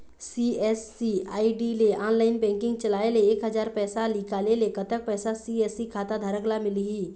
CSC ID ले online banking चलाए ले एक हजार पैसा निकाले ले कतक पैसा सी.एस.सी खाता धारक ला मिलही?